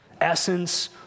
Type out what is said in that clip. essence